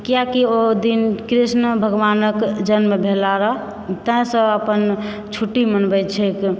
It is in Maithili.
किआकि ओ दिन कृष्ण भगवानक जन्म भेला रहऽ तैं सभ अपन छुट्टी मनबैत छैक